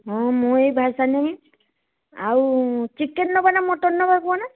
ହଁ ମୁଁ ଏଇ ବାହାରିସାରିଲିଣି ଆଉ ଚିକେନ୍ ନେବା ନା ମଟନ୍ ନେବା କୁହନା